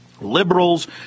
liberals